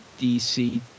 DC